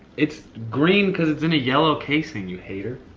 it's green cause it's in a yellow casing, you hater.